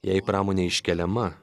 jei pramonė iškeliama